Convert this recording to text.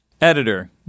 Editor